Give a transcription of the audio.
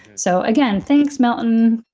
so, again, thanks milton!